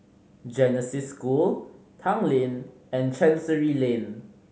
Genesis School Tanglin and Chancery Lane